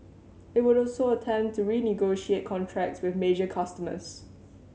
it would also attempt to renegotiate contracts with major customers